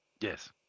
Yes